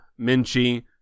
Minchi